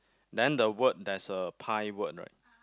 then the word there's a pie word right